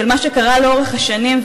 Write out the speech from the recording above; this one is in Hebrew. של מה שקרה לאורך השנים,